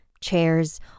chairs